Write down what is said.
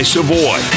Savoy